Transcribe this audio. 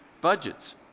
Budgets